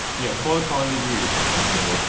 yeah, for the colony to use. exactly.